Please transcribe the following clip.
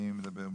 מי מדבר בשמם?